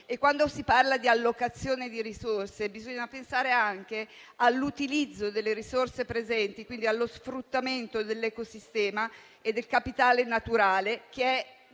Quando si parla di allocazione di risorse, bisogna pensare anche all'utilizzo delle risorse presenti, quindi allo sfruttamento dell'ecosistema e del capitale naturale, che è